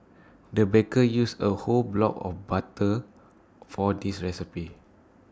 the baker used A whole block of butter for this recipe